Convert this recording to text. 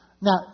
Now